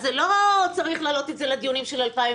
אז לא צריך להעלות את זה לדיונים של 2020,